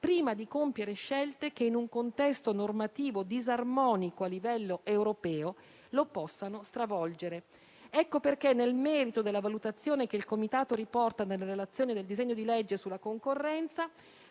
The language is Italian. prima di compiere scelte che in un contesto normativo disarmonico a livello europeo lo possano stravolgere. Ecco perché, nel merito della valutazione che il Comitato riporta nella relazione del disegno di legge sulla concorrenza,